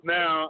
Now